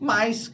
Mas